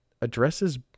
addresses